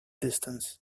distance